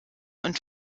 und